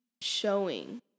showing